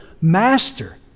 Master